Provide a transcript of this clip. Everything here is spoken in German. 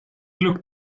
glück